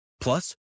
Plus